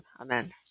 Amen